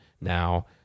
now